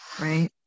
right